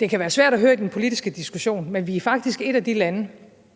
Det kan være svært at høre i den politiske diskussion, men vi er faktisk et af de lande,